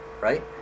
right